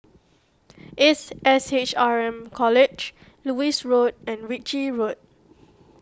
Ace S H R M College Lewis Road and Ritchie Road